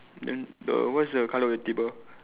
and then the what is the colour of the table